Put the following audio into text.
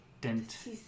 dent